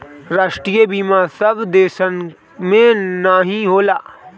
राष्ट्रीय बीमा सब देसन मे नाही होला